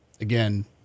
Again